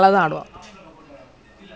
eh what he's more of the attacking is it